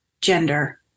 Gender